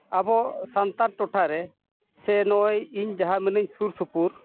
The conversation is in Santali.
ᱟᱵᱚ ᱥᱟᱱᱛᱟᱲ ᱴᱚᱴᱷᱟ ᱨᱮ ᱥᱮ ᱱᱚᱜᱼᱚᱭ ᱤᱧ ᱡᱟᱦᱟᱸ ᱢᱤᱱᱟᱹᱧ ᱥᱩᱨ ᱥᱩᱯᱩᱨ